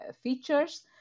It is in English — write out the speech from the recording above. features